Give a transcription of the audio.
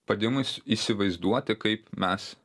padėjimui s įsivaizduoti kaip mes